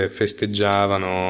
festeggiavano